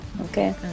Okay